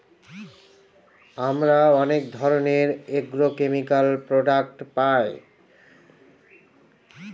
আমরা অনেক ধরনের এগ্রোকেমিকাল প্রডাক্ট পায়